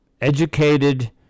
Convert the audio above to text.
educated